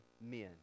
men